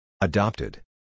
Adopted